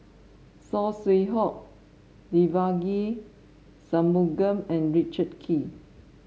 Saw Swee Hock Devagi Sanmugam and Richard Kee